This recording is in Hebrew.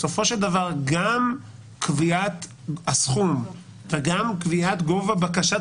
בסופו של דבר גם קביעת הסכום וגם קביעת גובה בקשת